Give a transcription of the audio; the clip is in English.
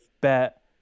bet